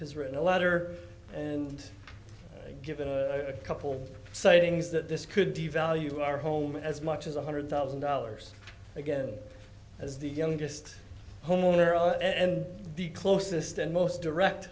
has written a letter and given a couple sightings that this could do you value our home as much as one hundred thousand dollars again as the youngest homeowner and the closest and most direct